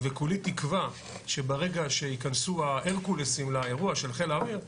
וכולי תקווה שברגע שייכנסו ההרקולסים של חיל האוויר לאירוע,